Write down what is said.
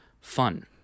fun